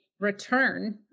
return